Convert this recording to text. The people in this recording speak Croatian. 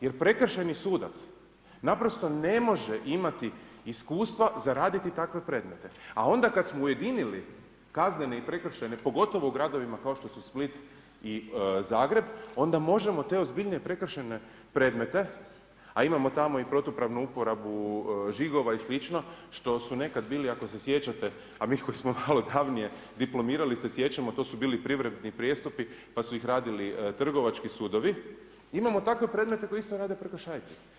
Jer prekršajni sudac naprosto ne može imati iskustva za raditi takve predmete, a onda kad smo ujedinili kaznene i prekršajne, pogotovo u gradovima kao što su Split i Zagreb, onda možemo te ozbiljnije prekršajne predmete , a imamo tamo i protupravnu uporabu žigova i slično, što su nekad bili ako se sjećate, a mi koji smo malo davnije diplomirali se sjećamo, to su bili privremeni prijestupi pa su ih radili trgovački sudovi, imamo takve predmete koji isto rade prekršajci.